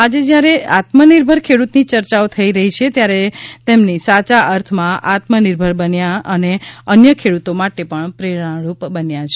આજે જ્યારે આત્મનિર્ભર ખેડૂતની યર્યાઓ થઇ રહી છે ત્યારે મીતેશ પટેલ સાયા અર્થમાં આત્મનિર્ભર બની અન્ય ખેડુતો માટે પ્રેરણા રૂપ બન્યા છે